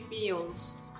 meals